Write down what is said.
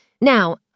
Now